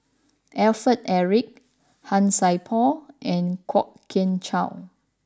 Alfred Eric Han Sai Por and Kwok Kian Chow